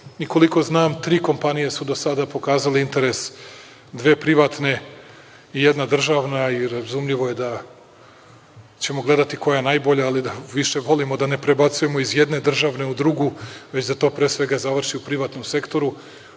Koliko znam, tri kompanije su do sada pokazale interes, dve privatne i jedna državna. Razumljivo je da ćemo gledati koja je najbolja, ali više volimo da ne prebacujemo iz jedne državne u drugu, već da to završi u privatnom sektoru